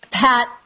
Pat